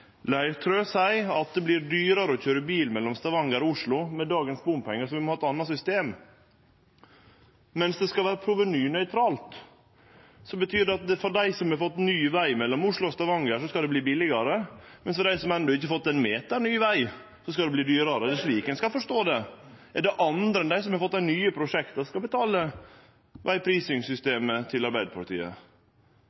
det vert dyrare å køyre bil mellom Stavanger og Oslo med dagens bompengar, så vi må ha eit anna system. Skal det vere provenynøytralt, betyr det at det for dei som har fått ny veg mellom Oslo og Stavanger, skal verte billigare, mens det for dei som enno ikkje har fått ein meter ny veg, skal verte dyrare. Er det slik ein skal forstå det? Er det andre enn dei som har fått dei nye prosjekta, som skal betale